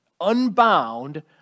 Unbound